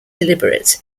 deliberate